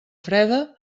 freda